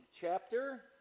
chapter